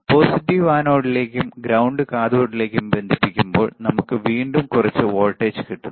positive ആനോഡിലേക്കും ground കാഥോഡിലേക്കും ബന്ധിപ്പിക്കുമ്പോൾ നമുക്ക് വീണ്ടും കുറച്ച് വോൾട്ടേജ് കിട്ടുന്നു